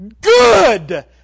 good